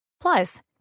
Plus